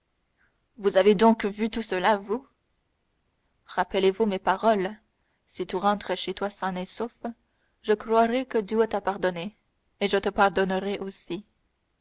vous avez donc vu tout cela vous rappelez-vous mes paroles si tu rentres chez toi sain et sauf je croirai que dieu t'a pardonné et je te pardonnerai aussi